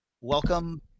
welcome